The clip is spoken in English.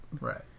Right